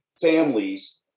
families